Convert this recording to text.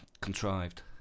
contrived